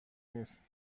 نیست